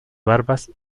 barbas